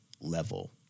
level